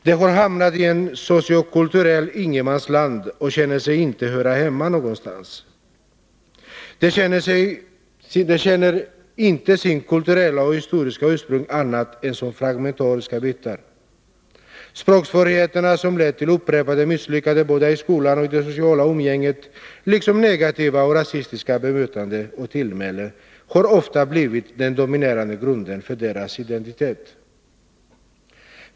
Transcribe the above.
De har hamnat i ett sociokulturellt ingenmansland och känner sig inte höra hemma någonstans. De känner inte sitt kulturella och historiska ursprung annat än som fragmentariska bitar. Språksvårigheterna, som lett till upprepade misslyckanden, både i skolan och i det sociala umgänget, har liksom negativa och rasistiska bemötanden och tillmälen ofta blivit den dominerande grunden för deras identitet.